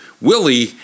Willie